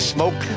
Smoke